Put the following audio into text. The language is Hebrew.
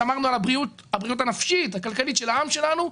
שמרנו על הבריאות הנפשית-הכלכלית של העם שלנו,